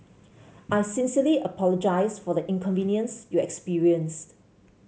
I sincerely apologise for the inconvenience you experienced